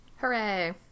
hooray